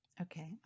Okay